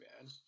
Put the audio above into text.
bad